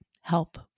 help